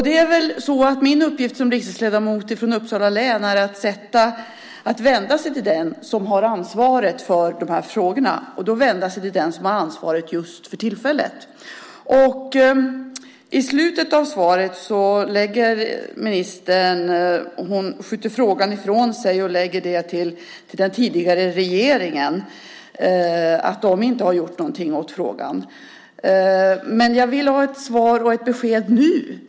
Det är väl så att min uppgift som riksdagsledamot från Uppsala län är att vända mig till den som har ansvaret för de här frågorna, och då vända mig till den som har ansvaret just för tillfället. I slutet av svaret skjuter ministern frågan ifrån sig och hänskjuter detta till den tidigare regeringen genom att påpeka att den inte har gjort någonting åt frågan. Men jag vill ha ett svar och ett besked nu!